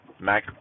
Mac